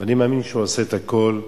ואני מאמין שהוא עושה את הכול,